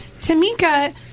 Tamika